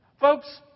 Folks